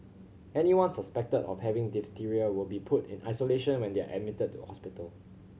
anyone suspected of having diphtheria will be put in isolation when they are admitted to hospital